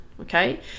okay